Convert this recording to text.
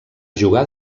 jugar